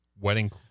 Wedding